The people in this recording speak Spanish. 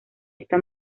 esta